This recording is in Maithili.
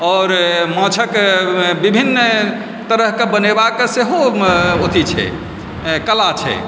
आओर माछके विभिन्न तरहके बनेबाक सहो अथी छै ऐं कला छै